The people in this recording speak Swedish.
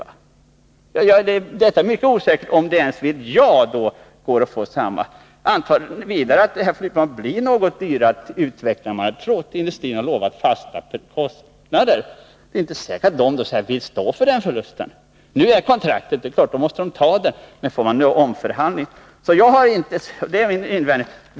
Det är alltså mycket osäkert om det vid ett ja på ett senare stadium ens går att få samma villkor som nu. Anta vidare att det här flygplanet blir något dyrare att utveckla än man trott. Nu har industrin lovat fasta kostnader, men det är inte säkert att man i ett annat läge vill stå för den förlusten. Nu har vi ett kontrakt, och då måste industrin stå för det och bära kostnaderna. Men vid en omförhandling kan villkoren försämras.